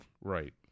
Right